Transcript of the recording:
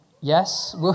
Yes